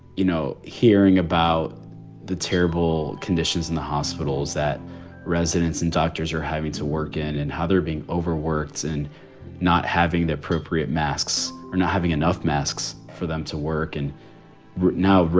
you know, hearing about the terrible conditions in the hospitals that residents and doctors are having to work in and how they're being overworked and not having the appropriate masks or not having enough masks for them to work. and now,